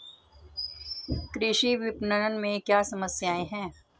कृषि विपणन में क्या समस्याएँ हैं?